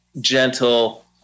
gentle